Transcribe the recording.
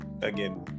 again